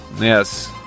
Yes